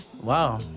Wow